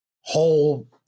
whole